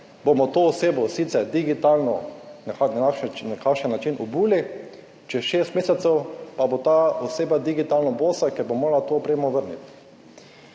bomo to osebo sicer digitalno na nek način obuli, čez 6 mesecev pa bo ta oseba digitalno bosa, ker bo morala to opremo vrniti.